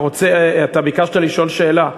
אתה ביקשת לשאול שאלה.